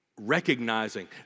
recognizing